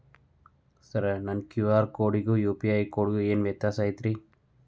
Sir ನನ್ನ QR ಕೊಡಿಗೂ ಆ ಯು.ಪಿ.ಐ ಗೂ ಏನ್ ವ್ಯತ್ಯಾಸ ಐತ್ರಿ?